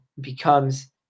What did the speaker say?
becomes